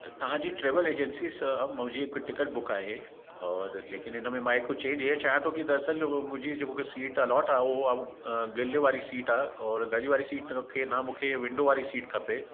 तव्हांजी travel agency सां मुंहिंजी हिकु टिकेट बुक आहे और लेकिनि हिन मां हिकु चेंज इअं चाहियां थो त दर असल मुंहिंजी जो मूंखे सीट अलॉट आहे उहा गले वारी सीट आहे और गली वारी सीट मूंखे न मूंखे विंडो वारी सीट खपे